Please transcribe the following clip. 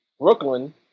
Brooklyn